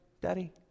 Daddy